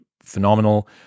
phenomenal